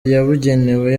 yabugenewe